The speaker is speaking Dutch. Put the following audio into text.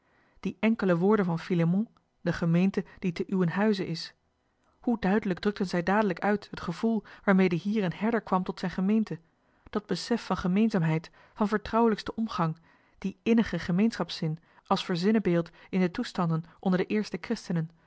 die enkele woorden van filémon de gemeente die te uwen huize is hoe duidelijk drukten zij dadelijk uit het gevoel waarmede hier een herder kwam tot zijn gemeente dat besef van gemeenzaamheid van vertrouwelijksten omgang dien innigen gemeen schapszin als verzinnebeeld in de toestanden onder de eerste christenen